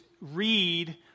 read